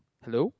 hello